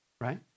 Right